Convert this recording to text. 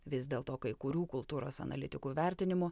vis dėlto kai kurių kultūros analitikų vertinimu